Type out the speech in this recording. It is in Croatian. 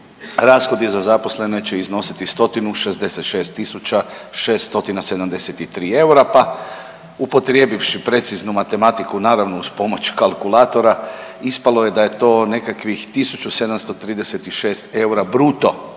rashodi za zaposlene će iznositi stotinu 66 tisuća 6 stotina 73 eura, pa upotrijebivši preciznu matematiku, naravno uz pomoć kalkulatora, ispalo je da je to nekakvih 1.736 eura bruto